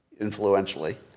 influentially